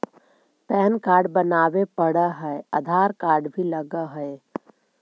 Pan card बनावे पडय है आधार कार्ड भी लगहै?